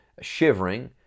shivering